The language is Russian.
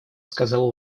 сказал